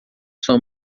sua